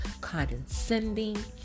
condescending